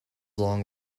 long